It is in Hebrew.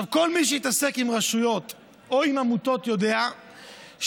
כל מי שהתעסק עם רשויות או עם עמותות יודע שההליך